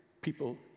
people